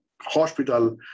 hospital